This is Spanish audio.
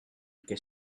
que